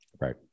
right